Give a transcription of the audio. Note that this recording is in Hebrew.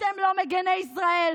אתם לא מגיני ישראל,